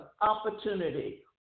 opportunity